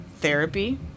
therapy